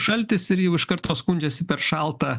šaltis ir jau iš karto skundžiasi per šalta